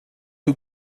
who